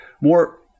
More